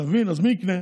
אתה מבין, אז מי יקנה?